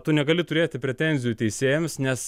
tu negali turėti pretenzijų teisėjams nes